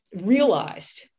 realized